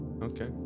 Okay